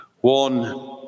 One